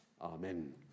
Amen